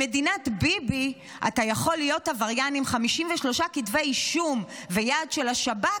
במדינת ביבי אתה יכול להיות עבריין עם 53 כתבי אישום ויעד של השב"כ,